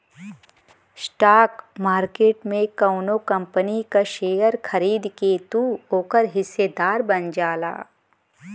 stock market में कउनो company क शेयर खरीद के तू ओकर हिस्सेदार बन जाला